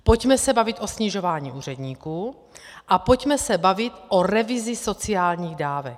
Pojďme se bavit o snižování úředníků a pojďme se bavit o revizi sociálních dávek.